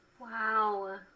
Wow